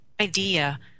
idea